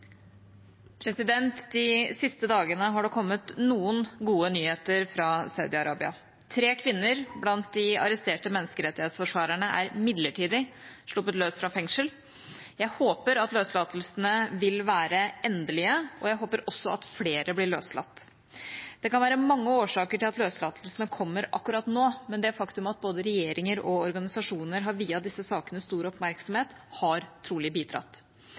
til. De siste dagene har det kommet noen gode nyheter fra Saudi-Arabia. Tre kvinner blant de arresterte menneskerettighetsforsvarerne er midlertidig sluppet løs fra fengsel. Jeg håper at løslatelsene vil være endelige, og jeg håper også at flere blir løslatt. Det kan være mange årsaker til at løslatelsene kommer akkurat nå, men det faktum at både regjeringer og organisasjoner har viet disse sakene stor oppmerksomhet, har trolig bidratt.